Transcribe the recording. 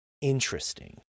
interesting